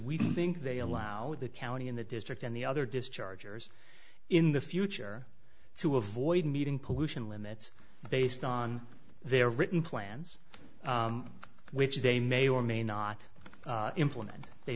we think they allow the county in the district and the other discharge years in the future to avoid meeting pollution limits based on their written plans which they may or may not implement they